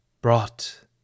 brought